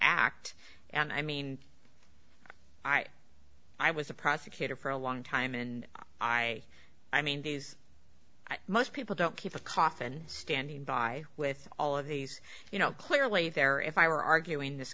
act and i mean i i was a prosecutor for a long time and i i mean these most people don't keep a cotton standing by with all of these you know clearly there if i were arguing this